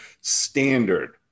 standard